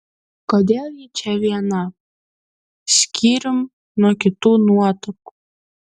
kodėl ji čia viena skyrium nuo kitų nuotakų